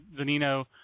Zanino